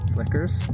Flickers